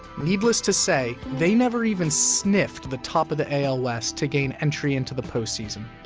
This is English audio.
needless to say, they never even sniffed the top of the al west to gain entry into the postseason.